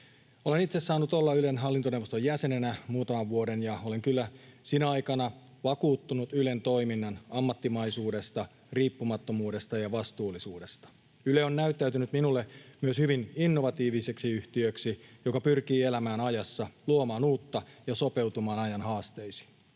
Olen itse saanut olla Ylen hallintoneuvoston jäsenenä muutaman vuoden, ja olen kyllä sinä aikana vakuuttunut Ylen toiminnan ammattimaisuudesta, riippumattomuudesta ja vastuullisuudesta. Yle on näyttäytynyt minulle myös hyvin innovatiivisena yhtiönä, joka pyrkii elämään ajassa, luomaan uutta ja sopeutumaan ajan haasteisiin.